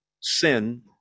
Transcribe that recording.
sin